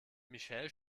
michelle